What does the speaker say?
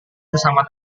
bersama